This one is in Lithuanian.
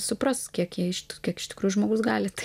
supras kiek jie iš t kiek iš tikrųjų žmogus gali tai